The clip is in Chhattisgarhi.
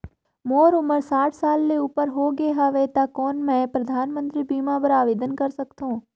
मोर उमर साठ साल ले उपर हो गे हवय त कौन मैं परधानमंतरी बीमा बर आवेदन कर सकथव?